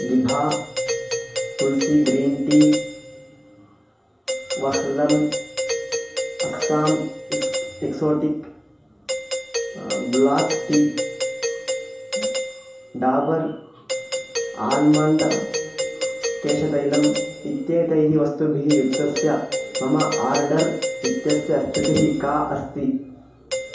दिभा Tulsi green tea वह्लम् अस्साम् एक्स्प् exotic black tea Dabur almond केशतैलम् इत्येतैः वस्तुभिः युक्तस्य मम आर्डर् इत्यस्य स्थितिः का अस्ति